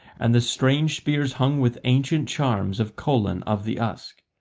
and the strange spears hung with ancient charms of colan of the usk.